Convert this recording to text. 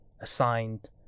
assigned